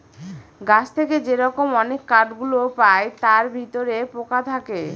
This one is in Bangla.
গাছ থেকে যে রকম অনেক কাঠ গুলো পায় তার ভিতরে পোকা থাকে